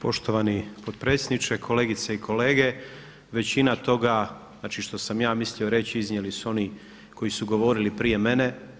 Poštovani potpredsjedniče, kolegice i kolege većina toga znači što sam ja mislio reći iznijeli su oni koji su govorili prije mene.